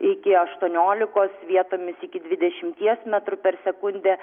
iki aštuoniolikos vietomis iki dvidešimties metrų per sekundę